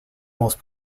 most